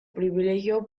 privilegio